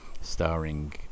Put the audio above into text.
starring